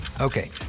Okay